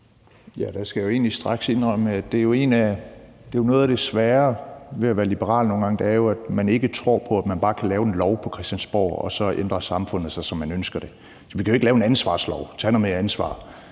Ja, der skal jeg jo egentlig straks indrømme, at noget af det svære ved at være liberal nogle gange er, at man ikke tror på, at man bare kan lave en lov på Christiansborg, og at samfundet så ændrer sig, som man ønsker det. Vi kan jo ikke lave en ansvarslov, hvor vi siger, man skal